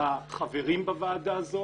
החברים בוועדה הזאת